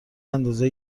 اندازه